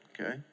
Okay